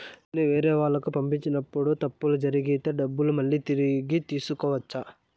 నేను వేరేవాళ్లకు పంపినప్పుడు తప్పులు జరిగితే డబ్బులు మళ్ళీ తిరిగి తీసుకోవచ్చా?